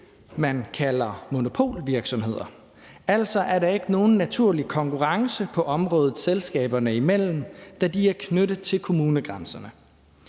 man kalder monopolvirksomheder, altså at der ikke er nogen naturlig konkurrence på området selskaberne imellem, da de er knyttet til kommunegrænserne.